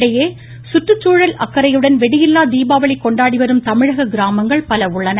இதனிடையே சுற்றுச்சூழல் அக்கறையுடன் வெடியில்லா தீபாவளி கொண்டாடி வரும் தமிழக கிராமங்கள் பல உள்ளன